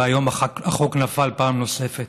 והיום החוק נפל פעם נוספת.